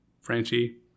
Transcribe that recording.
Franchi